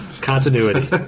continuity